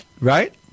right